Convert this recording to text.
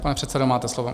Pane předsedo, máte slovo.